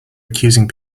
accusing